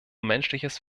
menschliches